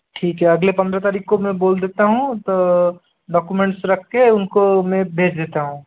ठीक है अगले पन्द्रह तारीख़ को मैं बोल देता हूँ तो डोकुमेंट्स रख के उनको मैं भेज देता हूँ